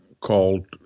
called